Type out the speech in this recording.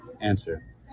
Answer